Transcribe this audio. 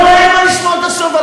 לא, אין מה לשמוע את הסוף.